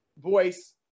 voice